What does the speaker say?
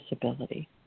disability